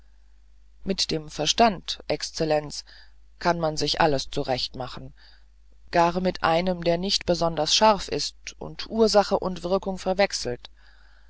mit dem verstand exzellenz kann man sich alles zurechtmachen gar mit einem der nicht besonders scharf ist und ursache und wirkung verwechselt